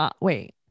wait